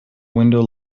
window